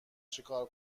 چیکار